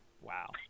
Wow